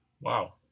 wow